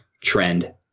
trend